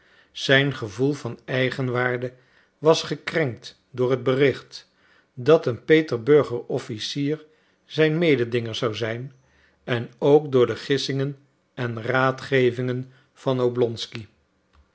zijn gevoel van eigenwaarde was gekrenkt door het bericht dat een petersburger officier zijn mededinger zou zijn en ook door de gissingen en raadgevingen van oblonsky